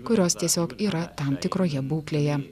kurios tiesiog yra tam tikroje būklėje